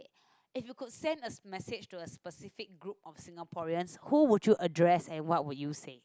if you could send a message to a specific group of Singaporean who would you address and what were you say